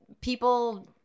people